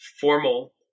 formal